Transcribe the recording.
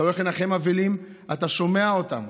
אתה הולך לנחם אבלים, אתה שומע אותם,